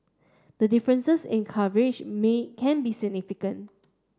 the differences in coverage can be significant